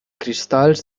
cristalls